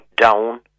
down